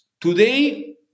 Today